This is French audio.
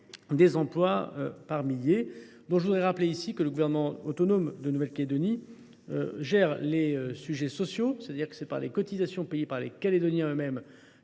des emplois par milliers. Je rappelle que le gouvernement autonome de Nouvelle Calédonie gère les sujets sociaux. En d’autres termes, c’est par les cotisations payées par les Calédoniens eux mêmes